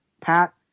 pat